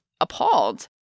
appalled